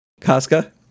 casca